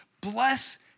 Bless